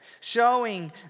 showing